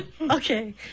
Okay